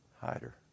hider